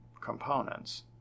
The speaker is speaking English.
components